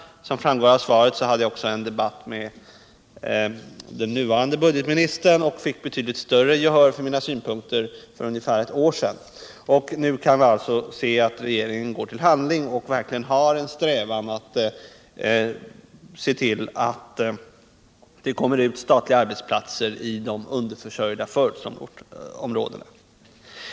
Som framgår av svaret hade Jag också en debatt med den nuvarande budgetministern för ungefär ett år sedan och fick då betydligt större gehör för mina synpunkter. Och nu kan vi konstatera att regeringen går till handling och verkligen har en strävan att se till att det kommer ut statliga arbetsplatser i de underförsörjda förortsområdena.